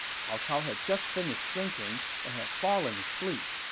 cao cao had just finished drinking and had fallen asleep.